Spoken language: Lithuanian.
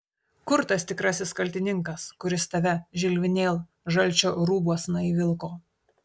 kur tas tikrasis kaltininkas kuris tave žilvinėl žalčio rūbuosna įvilko